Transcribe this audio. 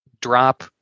drop